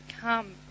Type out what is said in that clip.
Come